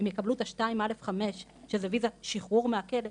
או שהם יקבלו את ה-2א5 שזאת ויזת שחרור מהכלא,